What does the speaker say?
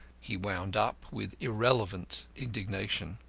he wound up with irrelevant indignation.